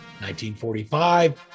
1945